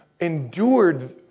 endured